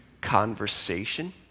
conversation